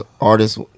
artists